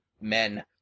men